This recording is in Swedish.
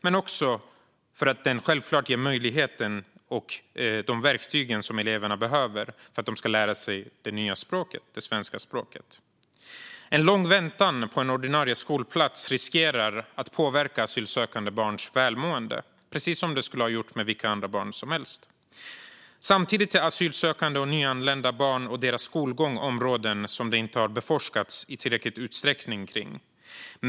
Men den är också viktig för att den självklart ger möjligheter och de verktyg som eleverna behöver för att de ska lära sig det svenska språket. En lång väntan på en ordinarie skolplats riskerar att påverka asylsökande barns välmående, precis som det skulle ha gjort för vilka andra barn som helst. Samtidigt är asylsökande och nyanlända barn och deras skolgång områden som inte har beforskats i tillräcklig utsträckning.